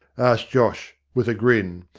asked josh with a grin.